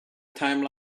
time